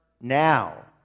now